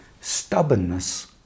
Stubbornness